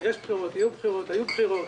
פרקש הכהן,